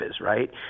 right